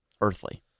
earthly